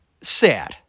Sad